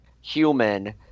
human